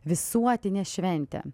visuotinė šventė